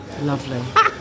Lovely